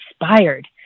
inspired